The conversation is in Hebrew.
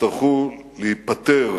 יצטרכו להיפתר